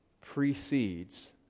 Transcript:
precedes